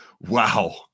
Wow